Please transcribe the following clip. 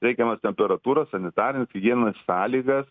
reikiamos temperatūros sanitarijos higienos sąlygas